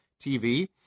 TV